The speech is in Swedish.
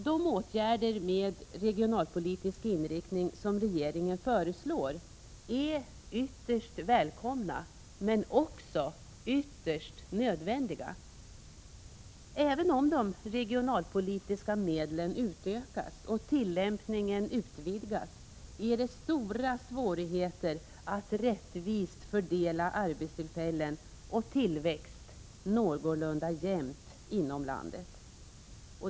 De åtgärder med regionalpolitisk inriktning som regeringen föreslår är ytterst välkomna, men också ytterst nödvändiga. Även om de regionalpolitiska medlen utökas och tillämpningen utvidgas, är det stora svårigheter att rättvist fördela arbetstillfällen och tillväxt någorlunda jämnt inom landet.